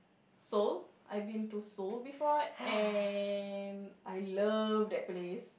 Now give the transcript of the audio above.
Seoul I've been to Seoul before and I love that place